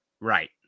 Right